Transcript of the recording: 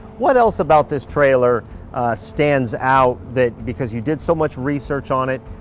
what else about this trailer stands out that because you did so much research on it,